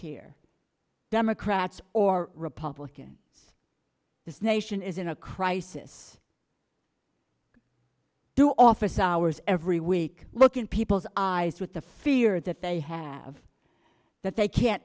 here democrats or republican this nation is in a crisis do office hours every week look in people's eyes with the fear that they have that they can't